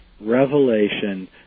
revelation